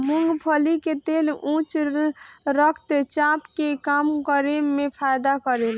मूंगफली के तेल उच्च रक्त चाप के कम करे में फायदा करेला